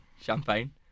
Champagne